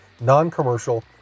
non-commercial